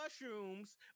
mushrooms